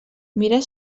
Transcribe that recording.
mirar